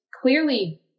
clearly